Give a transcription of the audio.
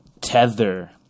tether